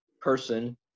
person